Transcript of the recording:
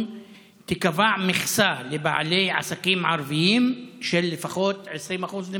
תיקבע מכסה לבעלי עסקים ערבים של לפחות 20%?